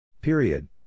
Period